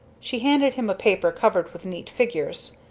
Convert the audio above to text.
she handed him a paper covered with neat figures.